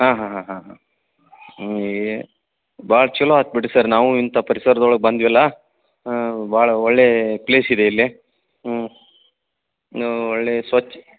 ಹಾಂ ಹಾಂ ಹಾಂ ಹಾಂ ಹಾಂ ಭಾಳ್ ಚಲೋ ಆಯ್ತ್ ಬಿಡಿರಿ ಸರ್ ನಾವು ಇಂಥ ಪರಿಸರದೊಳಗೆ ಬಂದೆವಲ್ಲ ಭಾಳ್ ಒಳ್ಳೆಯ ಪ್ಲೇಸಿದೆ ಇಲ್ಲಿ ಹ್ಞೂ ನೀವು ಒಳ್ಳೆಯ ಸ್ವಚ್ಛ